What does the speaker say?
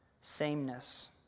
sameness